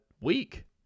week